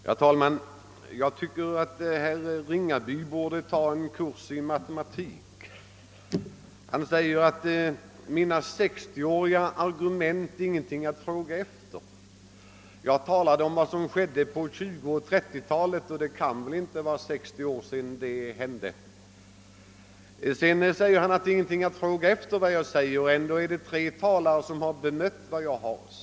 Herr talman! Jag tycker att herr Ringaby borde ta en kurs i matematik. Han säger att mina »60-åriga argument» inte är något att fråga efter. Ja, jag talade om vad som hände på 1920 och 1930-talen, och det kan väl inte vara händelser som ligger 60 år tillbaka i tiden. — Trots att herr Ringaby hävdar att det jag sade inte är någonting att fråga efter, så har tre talare bemött mina uttalanden.